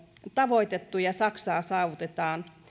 tavoitettu ja saksaa saavutetaan